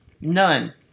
None